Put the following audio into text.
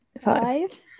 five